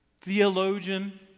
theologian